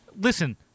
Listen